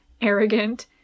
arrogant